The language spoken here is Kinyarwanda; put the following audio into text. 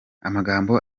amagambo